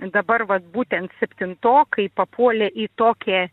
dabar vat būtent septintokai papuolę į tokią